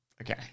Okay